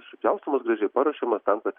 supjaustomos gražiai paruošiamos tam kad